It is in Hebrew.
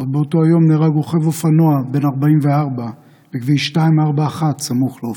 עוד באותו היום נהרג רוכב אופנוע בן 44 בכביש 241 סמוך לאופקים.